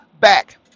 back